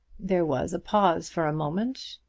there was a pause for a moment,